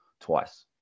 twice